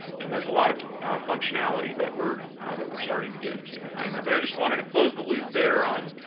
and there's a lot of functionality that we're that we're starting to get into behind that. but i just wanted to close the loop there on